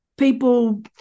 People